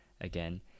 again